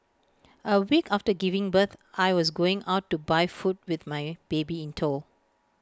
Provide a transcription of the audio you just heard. A week after giving birth I was going out to buy food with my baby in tow